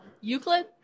Euclid